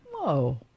Whoa